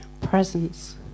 presence